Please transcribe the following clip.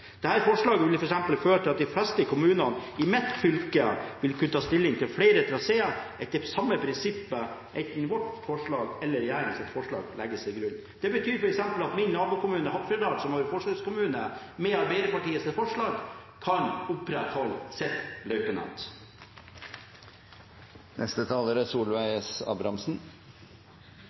forslaget vil f.eks. føre til at de fleste kommunene i mitt fylke vil kunne ta stilling til flere traseer etter samme prinsippet, enten vårt forslag eller det fra regjeringen legges til grunn. Det betyr f.eks. at min nabokommune, Hattfjelldal, som er en forsøkskommune, med Arbeiderpartiets forslag kan opprettholde sitt løypenett. Dette er